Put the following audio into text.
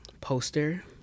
poster